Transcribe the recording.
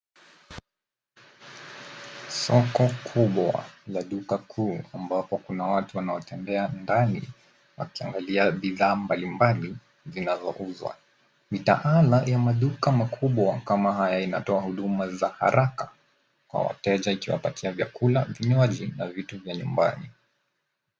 Soko kubwa la duka kuu ambapo kuna watu wanaotembea ndani wakiangalia bidhaa mbalimbali zinazouzwa. Mitaala ya maduka makubwa kama haya inatoa huduma za haraka kwa wateja ikiwapatia vyakula, vinywaji na vitu vya nyumbani.